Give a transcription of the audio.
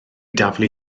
daflu